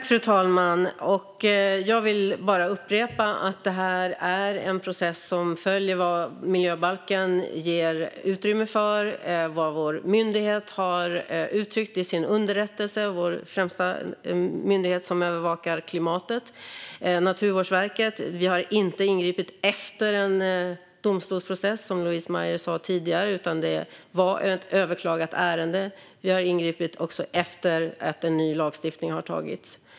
Fru talman! Jag vill upprepa att detta är en process som följer vad miljöbalken ger utrymme för och vad vår myndighet - Naturvårdsverket, vår främsta myndighet när det gäller att övervaka klimatet - har uttryckt i sin underrättelse. Vi har inte ingripit efter en domstolsprocess, som Louise Meijer sa tidigare, utan det var ett överklagat ärende. Vi har också ingripit efter att en ny lagstiftning har antagits.